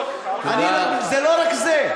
זה לא רק זה.